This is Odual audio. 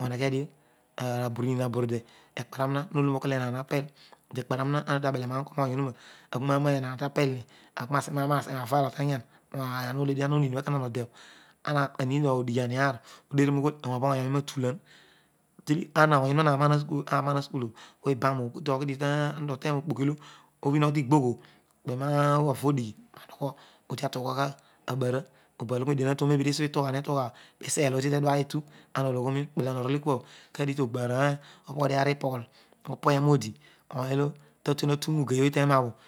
onegust dio, abmunin haburude eκρόνησο wa hologron okool jhaana pel etadi exponaro og evra ornedi ti belerosi kug roony. puuraa aghoroo enaan tapeliumi reagiraaseque mako alogh tayon naneed odigniani aar odenun oghool ony obho atclam toro obho kanth tenoão mikpoki olo obmo oghi tigbogh obho kpe rako odigin sanorgeo odiatunghagha a bara tesi hnghaluho asieela odi tetua eti ana ologhoblo kpple loghol ekua kadig togbo opadiari pogho leg opieroa odi pooy olo ta tueni ata roogeooy teroablos.